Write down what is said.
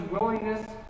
willingness